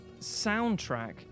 soundtrack